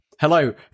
hello